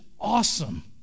awesome